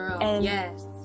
yes